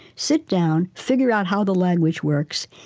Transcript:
sit down, figure out how the language works,